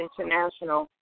International